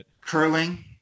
Curling